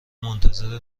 منتظر